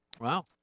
Wow